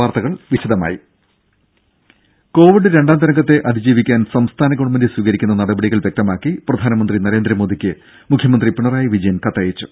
വാർത്തകൾ വിശദമായി കോവിഡ് രണ്ടാം തരംഗത്തെ അതിജീവിക്കാൻ സംസ്ഥാന ഗവൺമെന്റ് സ്വീകരിക്കുന്ന നടപടികൾ വ്യക്തമാക്കി പ്രധാനമന്ത്രി നരേന്ദ്രമോദിക്ക് മുഖ്യമന്ത്രി പിണറായി വിജയൻ കത്തയച്ചു